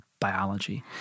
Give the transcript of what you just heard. biology